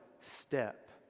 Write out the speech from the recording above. step